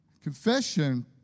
Confession